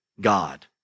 God